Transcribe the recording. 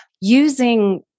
using